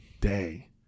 day